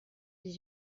dix